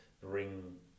bring